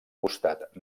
costat